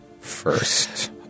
First